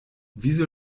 wieso